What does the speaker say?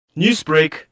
Newsbreak